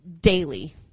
daily